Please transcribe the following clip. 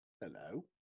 hello